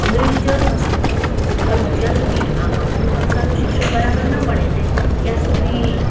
અંગ્રેજી જરૂર છે જ પરંતુ જ્યાં સુધી આ માતૃભાષાનું શિક્ષણ બરાબર ન મળે ને ત્યાં સુધી